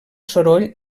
soroll